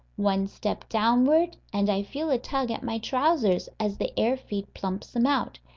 one step downward, and i feel a tug at my trousers as the air-feed plumps them out.